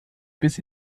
bis